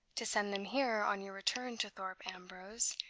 to send them here on your return to thorpe ambrose,